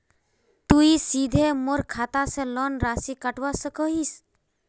तुई सीधे मोर खाता से लोन राशि कटवा सकोहो हिस?